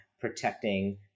protecting